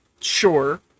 sure